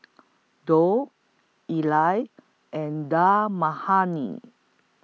and Dal Makhani